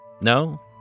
No